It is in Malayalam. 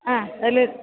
ആ അതിൽ